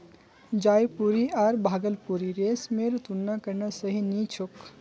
जयपुरी आर भागलपुरी रेशमेर तुलना करना सही नी छोक